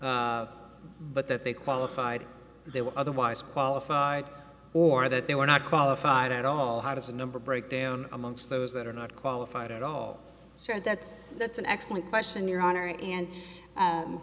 but that they qualified they were otherwise qualified or that they were not qualified at all how does a number break down amongst those that are not qualified at all so that's that's an excellent question your honor and